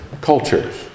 cultures